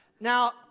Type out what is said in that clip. Now